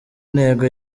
ntego